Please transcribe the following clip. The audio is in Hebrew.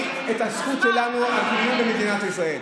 אתה לא תקבע מי יהודי ומי לא ומהי זהות יהודית.